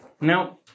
Now